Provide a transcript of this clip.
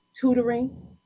tutoring